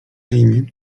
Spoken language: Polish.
imię